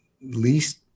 least